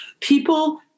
people